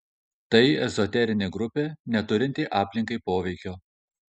tai ezoterinė grupė neturinti aplinkai poveikio